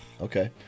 Okay